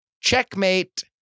Checkmate